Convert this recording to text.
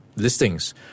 Listings